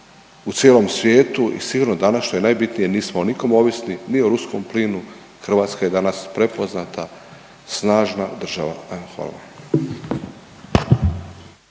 u cijelom svijetu i sigurno danas što je najbitnije nismo o nikom ovisni, ni o ruskom plinu, Hrvatska je danas prepoznata snažna država, evo